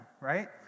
right